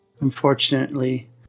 unfortunately